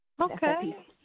Okay